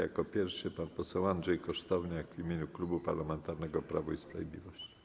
Jako pierwszy pan poseł Andrzej Kosztowniak w imieniu Klubu Parlamentarnego Prawo i Sprawiedliwość.